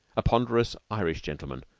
a ponderous irish gentleman,